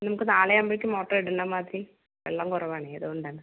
നമുക്ക് നാളെ ആവുമ്പോഴേക്കും മോട്ടർ ഇടുന്ന മാതിരി വെള്ളം കുറവ് ആണ് അതുകൊണ്ടാണ്